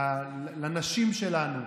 לנשים שלנו,